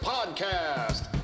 Podcast